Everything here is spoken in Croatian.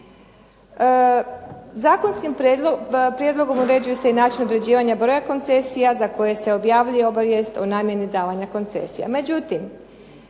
Zakonskim prijedlogom uređuje se i način određivanja broja koncesija za koje objavljuje obavijest o namjeni davanja koncesija.